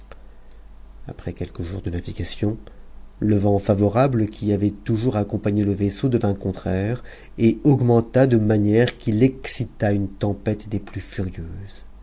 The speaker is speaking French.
après quelques jours de navigation le vent favorable qui avait toujours accompagné le vaisseau devint contraire et augmenta de manière qu'il excita une tempête des plus furieuses